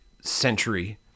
century